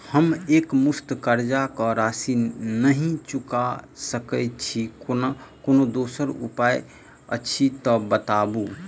हम एकमुस्त कर्जा कऽ राशि नहि चुका सकय छी, कोनो दोसर उपाय अछि तऽ बताबु?